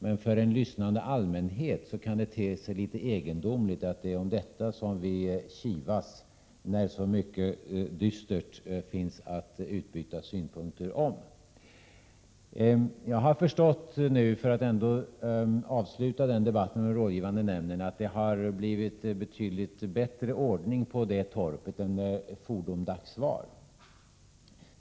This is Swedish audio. Men för en lyssnande allmänhet kan det te sig litet egendomligt att det är om detta vi kivas, när så mycket dystert finns att utbyta synpunkter om. Jag har förstått, för att ändå avsluta debatten om den rådgivande nämnden, att det har blivit betydligt bättre ordning på det torpet än det fordomdags var.